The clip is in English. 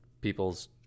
people's